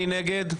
מי נגד?